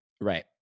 right